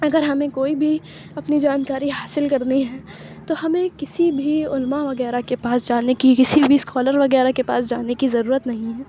اگر ہمیں کوئی بھی اپنی جانکاری حاصل کرنی ہے تو ہمیں کسی بھی علماء وغیرہ کے پاس جانے کی کسی بھی اسکالر وغیرہ کے پاس جانے کی ضرورت نہیں ہے